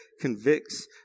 convicts